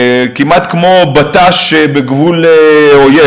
כמעט כמו בט"ש בגבול אויב.